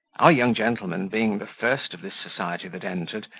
our young gentleman, being the first of this society that entered,